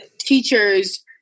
teachers